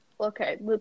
okay